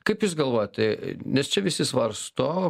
kaip jūs galvojat nes čia visi svarsto